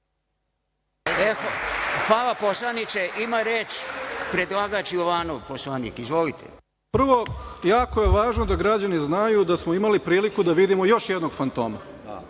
Hvala poslaniče. Ima reč predlagač Jovanov. Izvolite. **Milenko Jovanov** Prvo, jako je važno da građani znaju da smo imali priliku da vidimo još jednog fantoma.